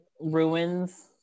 ruins